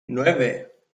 nueve